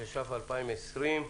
התש"ף-2020,